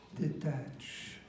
detach